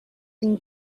ing